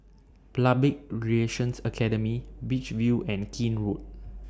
Public Relations Academy Beach View and Keene Road